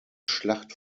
schlacht